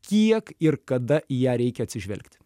kiek ir kada į ją reikia atsižvelgti